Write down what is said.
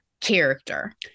character